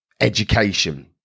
education